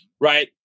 Right